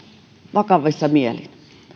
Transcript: vakavissa mielin